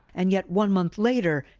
and yet, one month later,